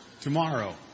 tomorrow